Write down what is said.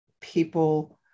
people